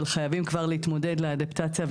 אבל חייבים כבר להתמודד לאדפטציה,